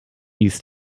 used